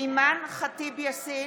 אימאן ח'טיב יאסין,